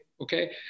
okay